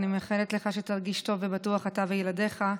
אני מאחלת לך שתרגיש טוב ובטוח, אתה וילדייך.